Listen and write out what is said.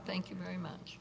thank you very much